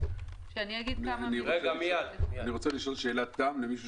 אני רוצה לשאול שאלת תם של מישהו